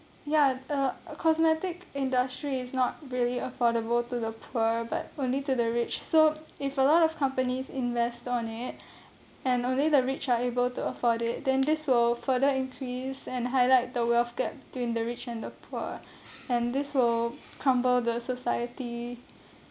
ya uh cosmetic industry is not really affordable to the poor but only to the rich so if a lot of companies invest on it and only the rich are able to afford it then this will further increase and highlight the wealth gap between the rich and the poor and this will crumble the society